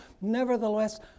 Nevertheless